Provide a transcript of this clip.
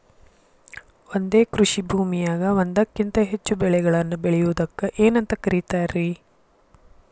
ಒಂದೇ ಕೃಷಿ ಭೂಮಿಯಾಗ ಒಂದಕ್ಕಿಂತ ಹೆಚ್ಚು ಬೆಳೆಗಳನ್ನ ಬೆಳೆಯುವುದಕ್ಕ ಏನಂತ ಕರಿತಾರಿ?